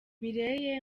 mireille